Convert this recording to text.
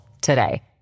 today